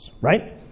right